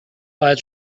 خواهد